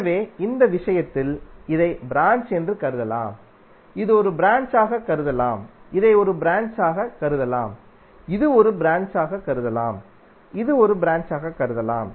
எனவே இந்த விஷயத்தில் இதை ப்ராஞ்ச் என்று கருதலாம் இது ஒரு ப்ராஞ்ச் ஆக கருதலாம் இதை ஒரு ப்ராஞ்ச் ஆக கருதலாம் இது ஒரு ப்ராஞ்ச் ஆகவும் கருதலாம் இது ஒரு ப்ராஞ்ச் ஆகவும் கருதலாம்